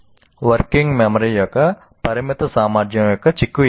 working memory యొక్క పరిమిత సామర్థ్యం యొక్క చిక్కు ఏమిటి